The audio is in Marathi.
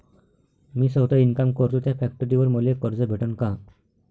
मी सौता इनकाम करतो थ्या फॅक्टरीवर मले कर्ज भेटन का?